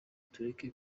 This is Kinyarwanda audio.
tureke